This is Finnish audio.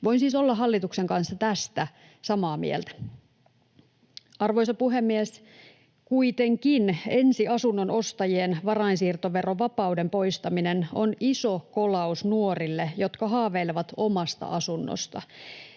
Voin siis olla hallituksen kanssa tästä samaa mieltä. Arvoisa puhemies! Kuitenkin ensiasunnon ostajien varainsiirtoverovapauden poistaminen on iso kolaus nuorille, jotka haaveilevat omasta asunnosta.